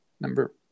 Number